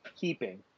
keeping